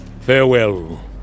Farewell